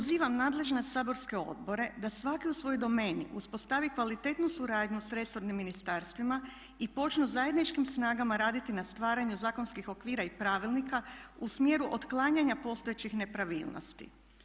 Pozivam nadležne saborske odbore da svaki u svojoj domeni uspostavi kvalitetnu suradnju sa resornim ministarstvima i počnu zajedničkim snagama raditi na stvaranju zakonskih okvira i pravilnika u smjeru otklanjanja postojećih nepravilnosti.